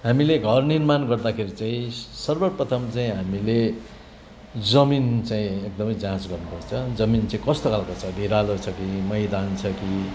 हामीले घर नर्माण गर्दाखेरि चाहिँ सर्वप्रथम चाहिँ हामीले जमिन चाहिँ एकदमै जाँच गर्नु पर्छ जमिन चाहिँ कस्तो खालको छ भिरालो छ कि मैदान छ कि